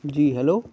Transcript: جی hello